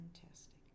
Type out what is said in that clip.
fantastic